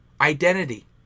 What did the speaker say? identity